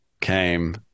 came